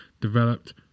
developed